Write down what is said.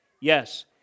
Yes